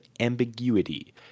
ambiguity